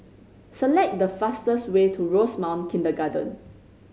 select the fastest way to Rosemount Kindergarten